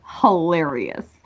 hilarious